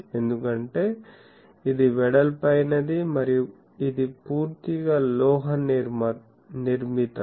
ఎందుకంటే ఇది వెడల్పైనది మరియు ఇది పూర్తిగా లోహ నిర్మితం